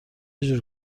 جور